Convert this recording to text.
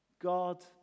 God